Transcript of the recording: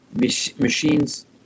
Machines